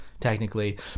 technically